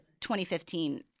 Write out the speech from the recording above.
2015